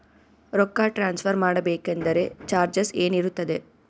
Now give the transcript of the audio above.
ರೊಕ್ಕ ಟ್ರಾನ್ಸ್ಫರ್ ಮಾಡಬೇಕೆಂದರೆ ಚಾರ್ಜಸ್ ಏನೇನಿರುತ್ತದೆ?